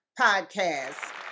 podcast